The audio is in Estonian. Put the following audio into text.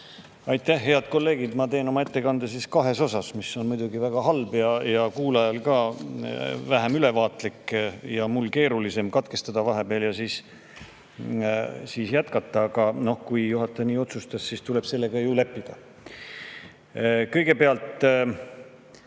Aitäh! Head kolleegid! Ma teen oma ettekande siis kahes osas, mis on muidugi väga halb ja kuulajale vähem ülevaatlik, ka mul on keeruline vahepeal katkestada ja siis jätkata. Aga kui juhataja nii otsustas, siis tuleb sellega leppida. Kõigepealt,